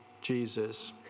Jesus